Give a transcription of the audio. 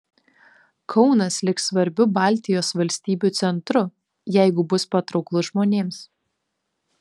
kaunas liks svarbiu baltijos valstybių centru jeigu bus patrauklus žmonėms